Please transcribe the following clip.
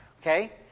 Okay